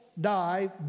die